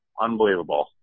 unbelievable